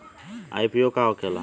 IPO का होखेला?